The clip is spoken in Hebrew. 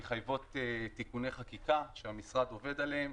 מחייבות תיקוני חקיקה שהמשרד עובד עליהם.